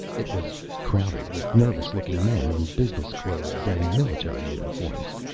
it was crowded with nervous-looking men in business clothes and military uniforms.